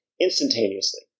instantaneously